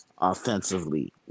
offensively